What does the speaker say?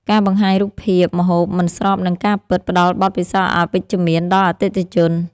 ការបង្ហាញរូបភាពម្ហូបមិនស្របនឹងការពិត ផ្ដល់បទពិសោធន៍អវិជ្ជមានដល់អតិថិជន។